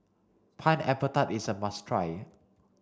pineapple tart is a must try